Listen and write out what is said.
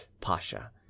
Pasha